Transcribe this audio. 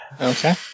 Okay